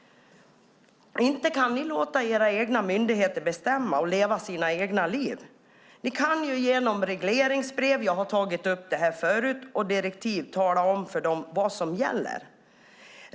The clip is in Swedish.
Inte kan ni låta era egna myndigheter bestämma och leva sina egna liv. Ni kan, vilket jag har tagit upp förut, genom regleringsbrev och direktiv tala om för dem vad som gäller.